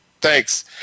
Thanks